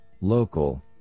local